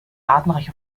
artenreiche